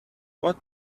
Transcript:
what